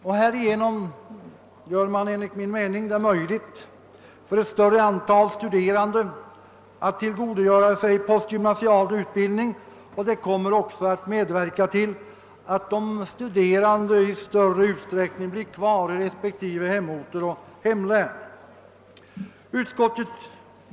Därigenom skulle man enligt min mening göra det möjligt för ett större antal studerande att tillgodogöra sig postgymnasial utbildning, och de studerande skulle i större utsträckning stanna kvar i respektive hemorter och hemlän.